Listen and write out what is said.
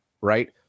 right